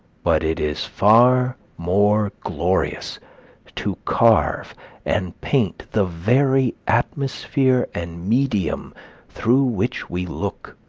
but it is far more glorious to carve and paint the very atmosphere and medium through which we look,